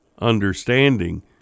understanding